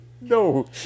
No